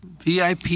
VIP